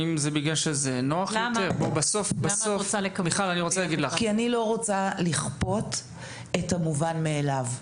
האם זה בגלל שזה נוח יותר פה --- אני לא רוצה לכפות את המובן מאליו.